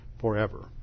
forever